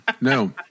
No